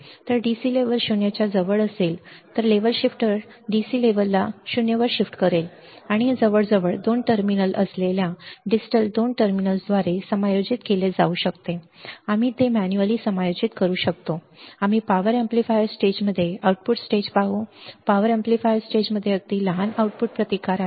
तर DC level 0 च्या जवळ असेल तर लेव्हल शिफ्टर DC लेव्हलला 0 वर शिफ्ट करेल आणि हे जवळजवळ 2 टर्मिनल असलेल्या डिस्टल 2 टर्मिनल्सद्वारे समायोजित केले जाऊ शकते आम्ही ते मॅन्युअली समायोजित करू शकतो आम्ही पॉवर एम्पलीफायर स्टेजमध्ये आउटपुट स्टेज पाहू पॉवर एम्पलीफायर स्टेजमध्ये अगदी लहान आउटपुट प्रतिकार आहे